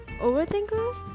Overthinkers